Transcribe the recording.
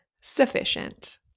sufficient